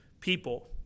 people